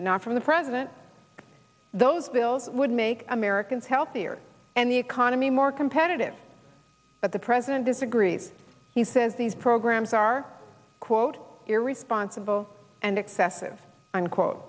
and not from the president those bills that would make americans healthier and the economy more competitive but the president disagrees he says these programs are quote irresponsible and excessive unquote